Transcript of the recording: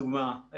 לדוגמה,